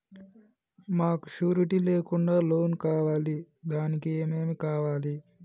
మాకు షూరిటీ లేకుండా లోన్ కావాలి దానికి ఏమేమి కావాలి?